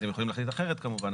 אתם יכולים להחליט אחרת כמובן,